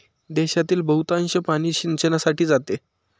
देशातील बहुतांश पाणी सिंचनासाठी जाते